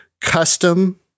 custom